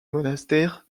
monastère